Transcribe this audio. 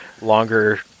longer